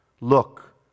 Look